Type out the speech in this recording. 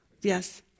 yes